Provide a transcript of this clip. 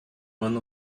one